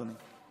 אדוני.